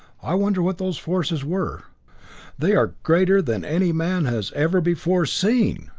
i wonder what those forces were they are greater than any man has ever before seen!